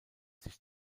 sich